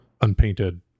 unpainted